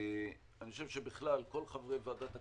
אני חושב שבכלל, כל חברי ועדת הכספים,